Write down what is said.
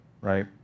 right